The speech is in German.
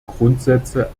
grundsätze